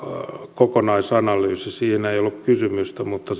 kokonaisanalyysi siinä ei ollut kysymystä mutta